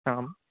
आम्